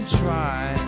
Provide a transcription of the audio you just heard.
try